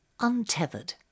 untethered